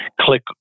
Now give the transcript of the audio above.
click